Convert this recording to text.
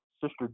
Sister